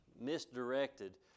misdirected